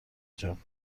جان